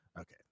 Okay